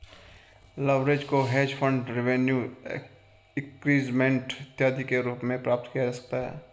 leverage को hedge fund revenue increasement इत्यादि के रूप में प्राप्त किया जा सकता है